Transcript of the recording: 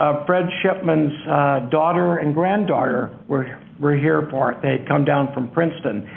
ah fred shipman's daughter and granddaughter were were here for it. they had come down from princeton.